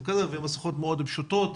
לעומת מסכות פשוטות,